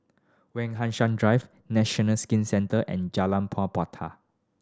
Wak Hassan Drive National Skin Centre and Jalan Po Puteh